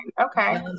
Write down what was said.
Okay